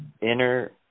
inner